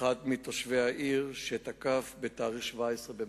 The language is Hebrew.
על-ידי אחד מתושבי העיר בתאריך 17 במאי.